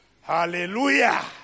Hallelujah